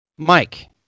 mike